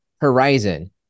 horizon